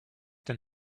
than